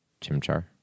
Chimchar